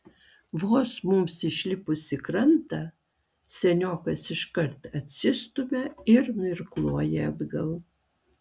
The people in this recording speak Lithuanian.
vos mums išlipus į krantą seniokas iškart atsistumia ir nuirkluoja atgal